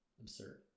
absurd